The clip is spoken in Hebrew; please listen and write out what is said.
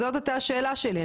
זאת הייתה השאלה שלי.